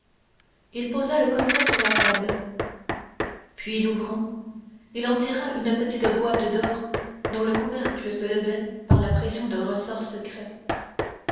il posa le coffret sur la table puis l'ouvrant il en tira une petite boîte d'or dont le couvercle se levait par la pression d'un ressort secret